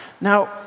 Now